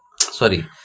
sorry